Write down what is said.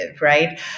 right